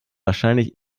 wahrscheinlich